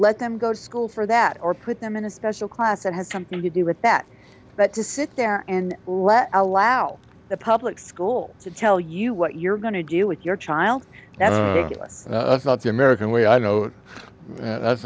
let them go to school for that or put them in a special class that has something to do with that but to sit there and let allow the public school to tell you what you're going to do with your child that that's not the american way i know that's